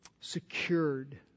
secured